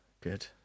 good